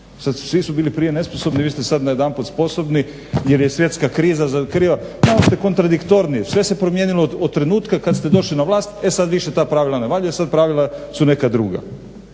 Svi su bili prije nesposobni, vi ste sad najedanput sposobni jer je svjetska kriza kriva. Malo ste kontradiktorni. Sve se promijenilo od trenutka kad ste došli na vlast. E sad više ta pravila ne valjaju, sad pravila su neka druga.